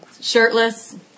shirtless